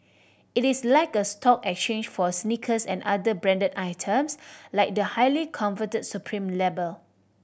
it is like a stock exchange for sneakers and other branded items like the highly coveted Supreme label